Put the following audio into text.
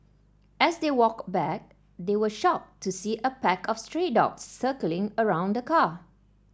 as they walked back they were shocked to see a pack of stray dogs circling around the car